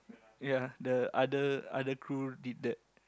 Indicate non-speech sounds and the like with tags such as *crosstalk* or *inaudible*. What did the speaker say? *noise* ya the other other crew did that